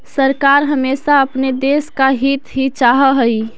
सरकार हमेशा अपने देश का हित ही चाहा हई